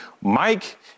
Mike